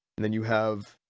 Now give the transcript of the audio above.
then you have.